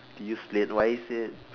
do you sleep wisely